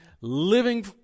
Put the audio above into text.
living